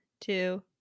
two